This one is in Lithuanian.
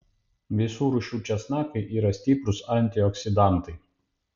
visų rūšių česnakai yra stiprūs antioksidantai